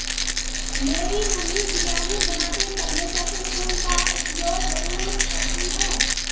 मेरी मम्मी बिरयानी बनाते समय चक्र फूल का उपयोग जरूर करती हैं